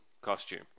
Costume